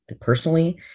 personally